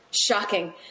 shocking